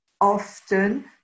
Often